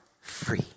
free